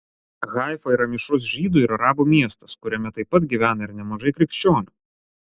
haifa yra mišrus žydų ir arabų miestas kuriame taip pat gyvena ir nemažai krikščionių